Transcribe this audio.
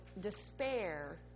despair